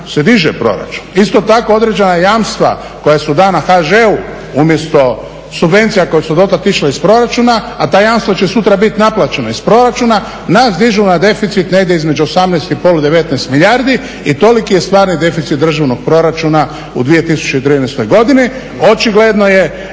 se diže proračun. Isto tako određena jamstava koja su dana HŽ-u umjesto subvencija koje su dotad išle iz proračuna, a ta jamstva će sutra biti naplaćena iz proračuna nas dižu na deficit negdje između 18.5, 19 milijardi i toliki je stvarni deficit državnog proračuna u 2013. godini. Očigledno je